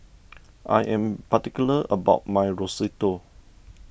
I am particular about my Risotto